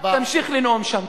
תמשיך לנאום שם.